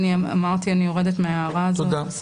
אני אמרתי, אני יורדת מההערה הזאת.